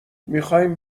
میخایم